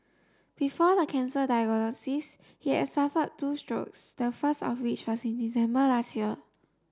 before the cancer diagnosis he had suffered two strokes the first of which was in December last year